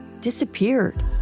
disappeared